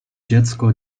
dziecko